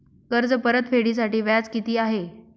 कर्ज परतफेडीसाठी व्याज किती आहे?